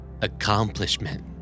Accomplishment